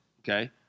Okay